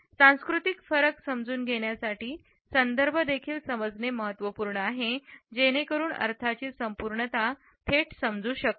सांस्कृतिक फरक समजून घेण्यासाठीसंदर्भ देखील समजणे महत्त्वपूर्ण आहे जेणेकरून अर्थाची संपूर्णता थेट समजू शकते